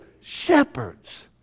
shepherds